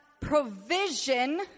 provision